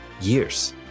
years